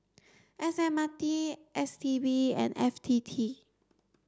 S M R T S T B and F T T